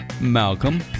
Malcolm &